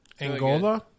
Angola